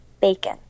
bacon